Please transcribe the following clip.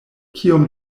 kiom